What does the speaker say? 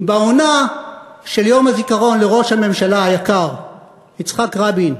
בעונה של יום הזיכרון לראש הממשלה היקר יצחק רבין,